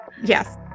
yes